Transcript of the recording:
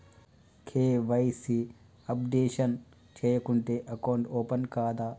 KYC updation చేయకుంటే account open కాదా?